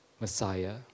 Messiah